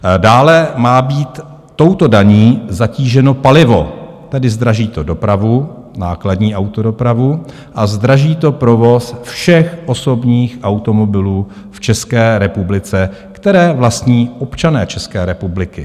Dále má být touto daní zatíženo palivo, tedy zdraží to dopravu, nákladní autodopravu a zdraží to provoz všech osobních automobilů v České republice, které vlastní občané České republiky.